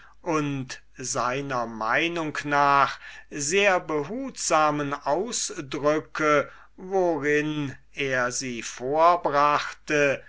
und seiner meinung nach sehr behutsamen ausdrücke worin er sie vorbrachte